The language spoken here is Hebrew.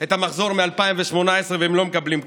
את המחזור מ-2018 והם לא מקבלים כלום.